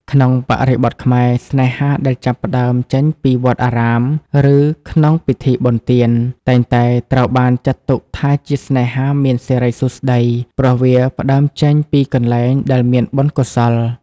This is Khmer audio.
ក្នុងបរិបទខ្មែរ ស្នេហាដែលចាប់ផ្ដើមចេញពីវត្តអារាម ឬក្នុងពិធីបុណ្យទាន តែងតែត្រូវបានចាត់ទុកថាជា "ស្នេហាមានសិរីសួស្តី" ព្រោះវាផ្ដើមចេញពីកន្លែងដែលមានបុណ្យកុសល។